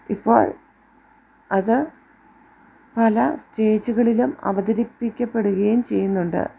ഇപ്പോൾ അത് പല സ്റ്റേജുകളിലും അവതരിപ്പിക്കപ്പെടുകയും ചെയ്യുന്നുണ്ട്